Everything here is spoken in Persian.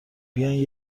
بیاین